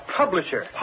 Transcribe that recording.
publisher